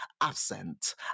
absent